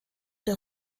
der